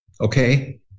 Okay